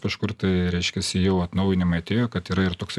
kažkur tai reiškiasi jau atnaujinimai atėjo kad yra ir toksai